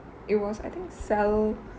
it was I think cell